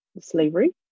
slavery